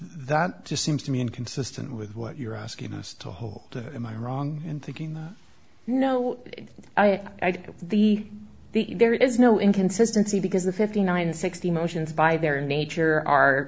that just seems to me inconsistent with what you're asking us to hole am i wrong in thinking that you know i get the there is no inconsistency because the fifty nine and sixty motions by their nature are